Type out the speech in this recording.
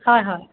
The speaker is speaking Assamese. হয় হয়